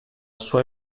sua